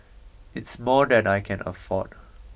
it's more than I can afford